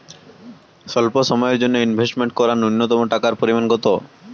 স্বল্প সময়ের জন্য ইনভেস্ট করার নূন্যতম টাকার পরিমাণ কত?